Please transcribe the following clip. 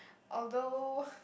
although